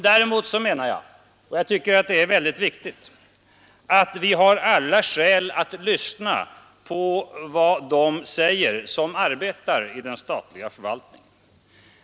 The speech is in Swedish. Däremot menar jag, och jag tycker det är väldigt viktigt, att vi har alla skäl att lyssna på vad de säger som arbetar i den statliga förvaltningen.